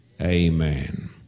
Amen